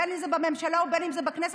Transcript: בין שזה בממשלה ובין שזה בכנסת,